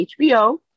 HBO